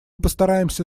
постараемся